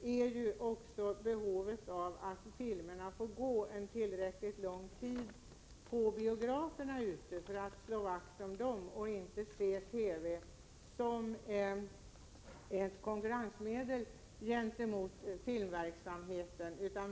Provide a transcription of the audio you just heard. visning av långfilmer är ju behovet av att filmerna först får visas ute på biograferna under en tillräckligt lång tid. Det gäller att slå vakt om biograferna, varför TV inte får ses som ett konkurrensmedel gentemot filmverksamheten.